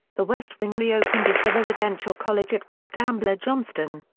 the west wing reopened as the residential college at west ambler johnston.